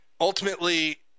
ultimately